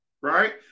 right